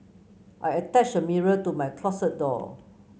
I attached a mirror to my closet door